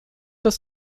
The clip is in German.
das